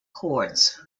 chords